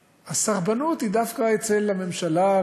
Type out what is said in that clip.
שהסרבנות היא דווקא אצל הממשלה,